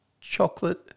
chocolate